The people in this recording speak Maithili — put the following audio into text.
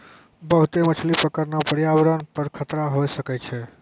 बहुते मछली पकड़ना प्रयावरण पर खतरा होय सकै छै